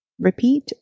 Repeat